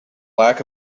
lack